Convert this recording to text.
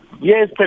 Yes